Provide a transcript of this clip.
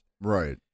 right